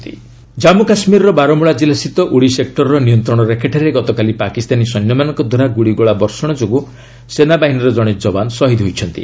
JK ceasefire violation Jammu କାଶ୍ମୀରର ବାରମୂଳା କିଲ୍ଲାସ୍ଥିତ ଉଡ଼ି ସେକ୍ଟରର ନିୟନ୍ତ୍ରଣରେଖାଠାରେ ଗତକାଲି ପାକିସ୍ତାନୀ ସୈନ୍ୟମାନଙ୍କ ଦ୍ୱାରା ଗୁଳିଗୋଳା ବର୍ଷଣ ଯୋଗୁଁ ସେନାବାହିନୀର ଜଣେ ଯବାନ ଶହୀଦ ହୋଇଛନ୍ତି